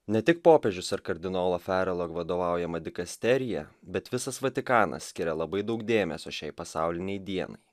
ne tik popiežius ar kardinolo ferelo vadovaujama dikasterija bet visas vatikanas skiria labai daug dėmesio šiai pasaulinei dienai